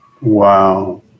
Wow